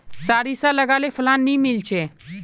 सारिसा लगाले फलान नि मीलचे?